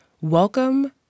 Welcome